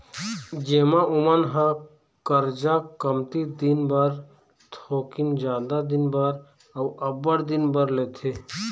जेमा ओमन ह करजा कमती दिन बर, थोकिन जादा दिन बर, अउ अब्बड़ दिन बर लेथे